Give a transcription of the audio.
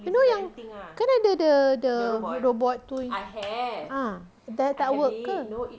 you know yang kan ada the the the robot tu ah dah tak work ke